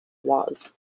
was